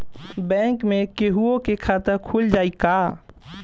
Bank में केहूओ के खाता खुल जाई का?